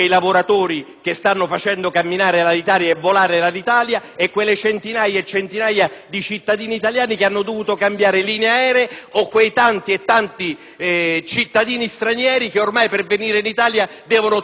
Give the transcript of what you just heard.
di cittadini italiani che hanno dovuto cambiare linee aeree, o quei tanti cittadini stranieri che per arrivare in Italia devono trovare altre linee aeree che faranno sicuramente la ricchezza di Pedica e degli amici di Pedica.